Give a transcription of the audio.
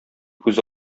күз